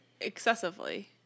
Excessively